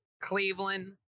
Cleveland